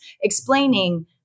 explaining